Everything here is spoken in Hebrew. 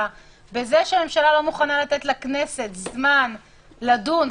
בזה שהממשלה לא מוכנה לתת לכנסת זמן לדון.